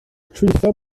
trwytho